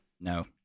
No